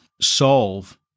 solve